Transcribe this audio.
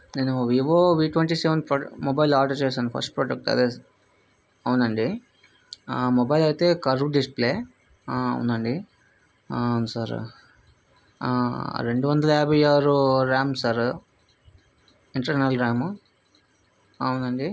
నేను Vivo V twenty seven mobile order చేశాను first product అదే అవునండి ఆ మొబైల్ ఐతే కర్వ్ డిస్ప్లే ఆ అవునండి ఆ సరే ఆ రెండువందల యాబై ఆరు ర్యామ్ సార్ ఇంటర్నల్ ర్యాం అవునండి